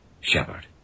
Shepard